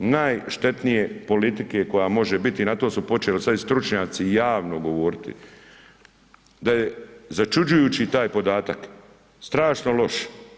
Najštetnije politike koja može biti i na to su počeli sada i stručnjaci javno govoriti da je začuđujući taj podatak, strašno loš.